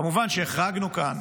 כמובן שהחרגנו כאן